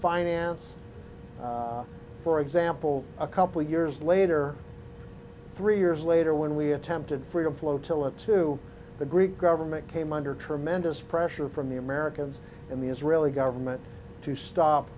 finance for example a couple of years later three years later when we attempted freedom flotilla two the greek government came under tremendous pressure from the americans and the israeli government to stop